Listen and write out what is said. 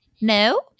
no